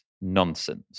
nonsense